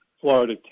Florida